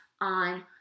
on